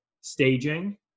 staging